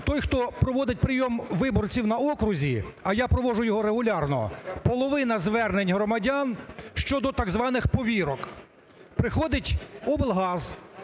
Той, хто проводить прийом виборців на окрузі, а я проводжу його регулярно, половина звернень громадян щодо так званих повірок. Приходить облгаз